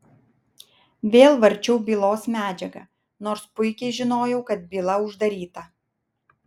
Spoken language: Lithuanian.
vėl varčiau bylos medžiagą nors puikiai žinojau kad byla uždaryta